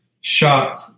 shocked